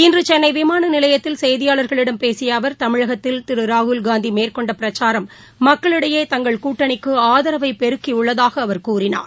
இன்றுசென்னைவிமானநிலையத்தில் செய்தியாளர்களிடம் பேசியஅவர் தமிழகத்தில் திருராகுல்காந்திமேற்கொண்டபிரச்சாரம் மக்களினடயே தங்கள் கூட்டனிக்குஆதரவைபெருக்கிஉள்ளதாகக் கூறினார்